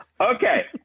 Okay